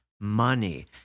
money